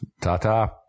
Ta-ta